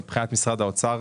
משרד האוצר,